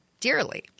dearly